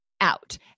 out